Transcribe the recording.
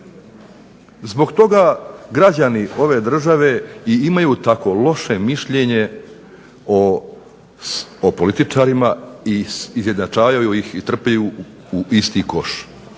Zbog toga građani ove države imaju tako loše mišljenje o političarima i izjednačavaju ih i trpaju u isti koš.